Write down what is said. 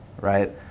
right